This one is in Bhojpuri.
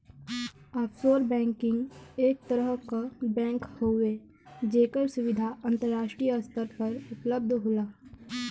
ऑफशोर बैंकिंग एक तरह क बैंक हउवे जेकर सुविधा अंतराष्ट्रीय स्तर पर उपलब्ध होला